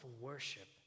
worship